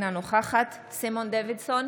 אינה נוכחת סימון דוידסון,